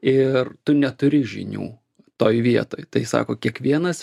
ir tu neturi žinių toj vietoj tai sako kiekvienas